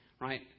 right